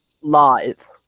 live